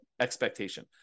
expectation